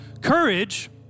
courage